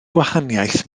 gwahaniaeth